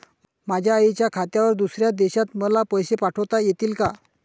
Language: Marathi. माझ्या आईच्या खात्यावर दुसऱ्या देशात मला पैसे पाठविता येतील का?